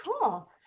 Cool